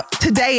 today